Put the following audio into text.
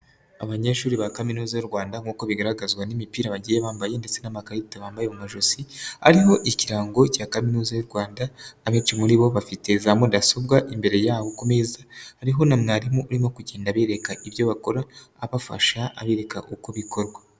Abanyeshuri ba kaminuza y'u Rwanda nk'uko bigaragazwa n'imipira bagiye bambaye ndetse n'amakarita bambaye mu majosi. Ariho ikirango cya kaminuza y'u Rwanda. Abenshi muri bo, bafite za mudasobwa imbere yabo ku meza. Ariho na mwarimu urimo kugenda abereka ibyo bakora abafasha abereka uko bikorwa.